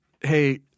Hey